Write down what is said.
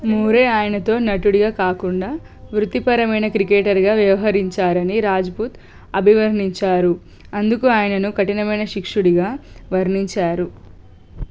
Moore ఆయనతో నటుడిగా కాకుండా వృత్తిపరమైన క్రికెటర్గా వ్యవహరించారని రాజ్పుత్ అభివర్ణించారు అందుకు ఆయనను కఠినమైన శిక్షుడిగా వర్ణించారు